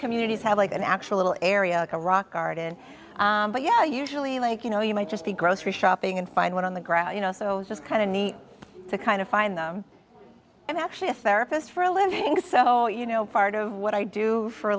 communities have like an actual little area to rock art in but yeah usually like you know you might just be grocery shopping and find one on the ground you know so it was just kind of neat to kind of find them and actually a therapist for a living so you know part of what i do for a